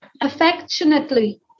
affectionately